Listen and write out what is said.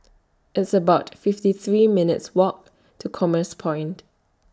It's about fifty three minutes' Walk to Commerce Point